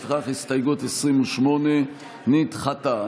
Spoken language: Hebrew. לפיכך, הסתייגות 28 נדחתה.